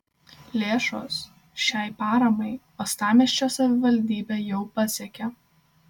lėšos šiai paramai uostamiesčio savivaldybę jau pasiekė